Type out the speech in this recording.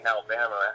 Alabama